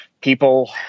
people